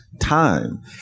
time